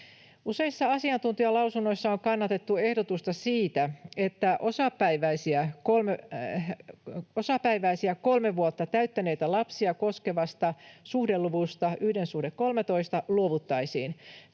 Useissa asiantuntijalausunnoissa on kannatettu ehdotusta siitä, että osapäiväisiä kolme vuotta täyttäneitä lapsia koskevasta suhdeluvusta 1:13 luovuttaisiin.